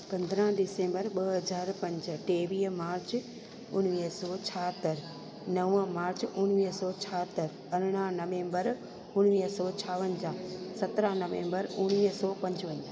पंद्रहां डिसेंबर ॿ हज़ार पंज टेवीह मार्च उणिवीह सौ छाहतरि नव मार्च उणिवीह सौ छाहतरि अरड़हां नवेंबर उणिवीह सौ छावंजाह सत्रहां नवेंबर उणिवीह सौ पंजवंजाह